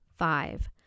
Five